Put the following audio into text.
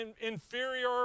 inferior